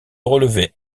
relever